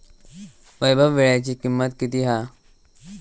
वैभव वीळ्याची किंमत किती हा?